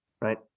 right